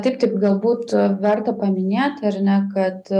taip taip galbūt verta paminėti ar ne kad